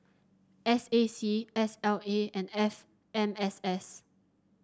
S A C S L A and F M S S